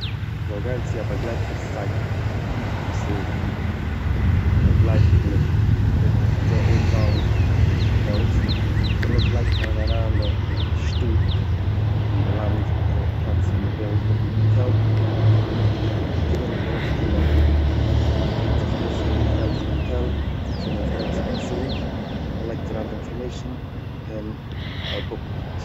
מ'זאל גיין צו א באגלייבטער סייט וואס איז באגלייבט מיט א גוטע אויסוואלן פון האטעלס דערנאך לייגט מען אריין דארטן די שטאט און די לאנד די פלאץ ווי מען וויל האבן די האטעל, דערנאך וועט געווענליך ארויפקומען אז מען קען זיך אויסוועלן וועלכע האטעל, וויפיל מען איז גרייט צו באצאלן, מ'לייגט אריין די אינפארמעישן און מ'בוקט.